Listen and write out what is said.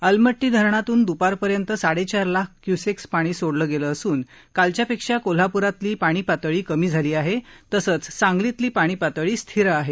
अलमट्टी धरणातून दुपारपर्यंत साडेचार लाख क्यूसेक्स पाणी सोडलं गेलं असून कालच्या पेक्षा कोल्हापूरातली पाणी पातळी कमी झाली आहे तसंच सांगलीतली पाणी पातळी स्थिर आहे